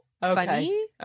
funny